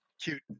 cute